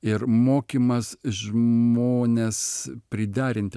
ir mokymas žmones priderinti